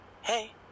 Hey